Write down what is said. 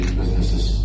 businesses